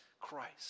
Christ